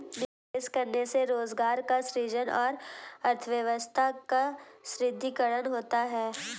निवेश करने से रोजगार का सृजन और अर्थव्यवस्था का सुदृढ़ीकरण होता है